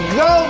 go